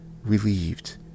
Relieved